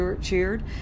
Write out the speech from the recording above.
cheered